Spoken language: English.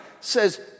says